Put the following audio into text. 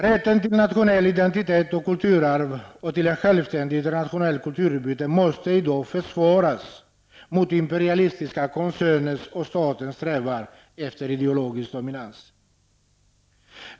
Rätten till nationell identitet, kulturarv och till ett självständigt internationellt kulturutbyte måste i dag försvaras mot imperialistiska koncerners och staters strävan efter ideologisk dominans.